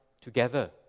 together